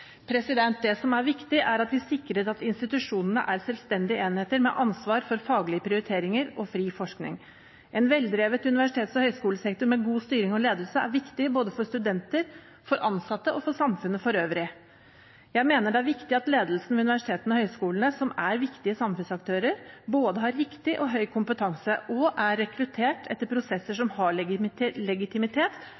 Det som er viktig, er at vi sikrer at institusjonene er selvstendige enheter med ansvar for faglige prioriteringer og fri forskning. En veldrevet universitets- og høyskolesektor med god styring og ledelse er viktig for både studenter, ansatte og samfunnet for øvrig. Jeg mener det er viktig at ledelsen ved universitetene og høyskolene, som er viktige samfunnsaktører, både har riktig og høy kompetanse og er rekruttert etter prosesser